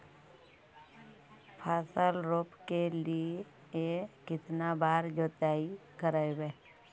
फसल रोप के लिय कितना बार जोतई करबय?